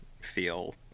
feel